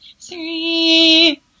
three